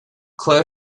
close